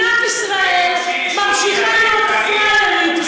לשלול מילדים קטנים?